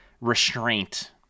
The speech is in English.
restraint